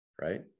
right